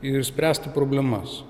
ir spręsti problemas